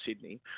Sydney